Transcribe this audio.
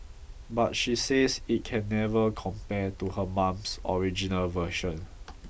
but she says it can never compare to her mum's original version